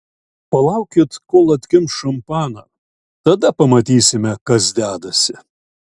palaukit kol atkimš šampaną tada pamatysime kas dedasi